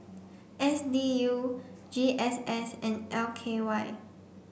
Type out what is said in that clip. S D U G S S and L K Y